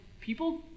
people